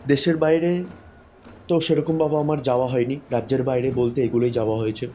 দেশের বাইরে তো সেরকমভাবে আমার যাওয়া হয়নি রাজ্যের বাইরে বলতে এগুলোই যাওয়া হয়েছে